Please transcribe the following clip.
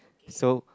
so